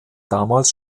damals